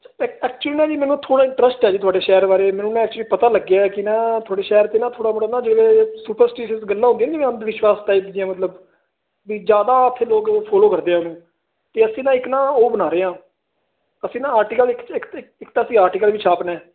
ਅ actually ਨਾ ਜੀ ਮੈਨੂੰ ਥੋੜ੍ਹਾ ਇੰਟਰਸਟ ਆ ਜੀ ਤੁਹਾਡੇ ਸ਼ਹਿਰ ਬਾਰੇ ਮੈਨੂੰ ਨਾ ਐਕਚੁਲੀ ਪਤਾ ਲੱਗਿਆ ਕਿ ਨਾ ਤੁਹਾਡੇ ਸ਼ਹਿਰ 'ਚ ਨਾ ਥੋੜ੍ਹਾ ਥੋੜ੍ਹਾ ਨਾ ਜਿਵੇਂ ਸੁਪਰਸਟੀਟਸ ਗੱਲਾਂ ਹੁੰਦੀਆਂ ਜਿਵੇਂ ਅੰਧ ਵਿਸ਼ਵਾਸ ਟਾਈਪ ਦੀਆਂ ਮਤਲਬ ਵੀ ਜ਼ਿਆਦਾ ਉੱਥੇ ਲੋਕ ਫੋਲੋ ਕਰਦੇ ਹੈਗੇ ਅਤੇ ਅਸੀਂ ਨਾ ਇੱਕ ਨਾ ਉਹ ਬਣਾ ਰਹੇ ਹਾਂ ਅਸੀਂ ਨਾ ਆਰਟੀਕਲ ਇੱਕ ਇੱਕ ਇੱਕ ਇੱਕ ਤਾਂ ਅਸੀਂ ਆਰਟੀਕਲ ਵੀ ਛਾਪਣਾ